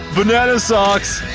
banana socks!